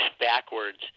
backwards